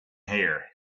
hair